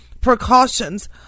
precautions